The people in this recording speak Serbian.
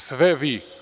Sve vi.